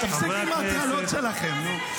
תפסיקו עם ההטרלות שלכם, נו.